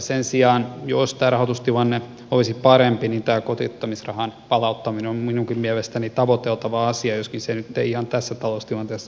sen sijaan jos tämä rahoitustilanne olisi parempi tämä kotiuttamisrahan palauttaminen on minunkin mielestäni tavoiteltava asia joskin se nyt ei ihan tässä taloustilanteessa onnistu